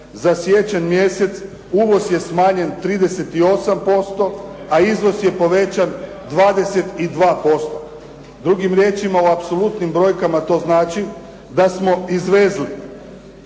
Za siječanj mjesec uvoz je smanjen 38% a izvoz je povećan 22%. Drugim riječima u apsolutnim brojkama to znači da smo izvezli